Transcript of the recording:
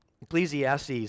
Ecclesiastes